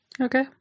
Okay